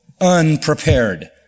unprepared